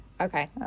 Okay